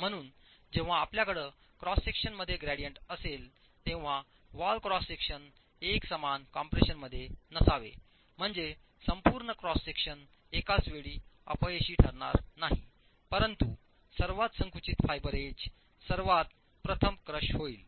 म्हणून जेव्हा आपल्याकडे क्रॉस सेक्शनमध्ये ग्रेडियंट असेल तेव्हा वॉल क्रॉस सेक्शन एकसमान कॉम्प्रेशनमध्ये नसावे म्हणजे संपूर्ण क्रॉस सेक्शन एकाच वेळी अपयशी ठरणार नाही परंतु सर्वात संकुचित फायबर एज सर्वात प्रथम क्रश होईल